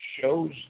shows